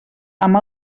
amb